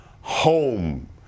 home